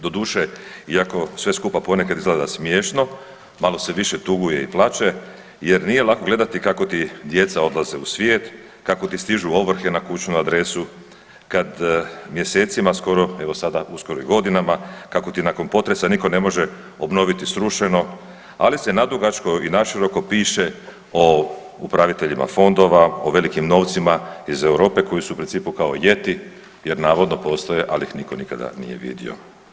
Doduše, iako sve skupa ponekad izgleda smiješno, malo se više tuguje i plače jer nije lako gledati kako ti djeca odlaze u svijet, kako ti stižu ovrhe na kućnu adresu, kad mjesecima skoro, evo sada uskoro i godinama, kako ti nakon potresa nitko ne može obnoviti srušeno, ali se nadugačko i naširoko piše o upraviteljima fondovima, o velikim novcima iz Europe koji su u principu kao Jeti jer navodno postoje, ali ih nitko nikada nije vidio.